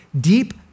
deep